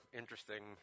interesting